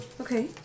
Okay